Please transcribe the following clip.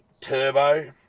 turbo